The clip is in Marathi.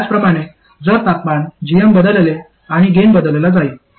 त्याचप्रमाणे जर तापमान gm बदलले आणि गेन बदलला जाईल